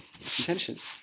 intentions